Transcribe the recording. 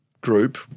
group